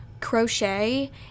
crochet